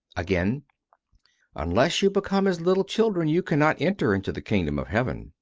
again unless you. become as little children, you cannot enter into the kingdom of heaven.